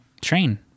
train